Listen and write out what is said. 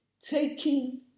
taking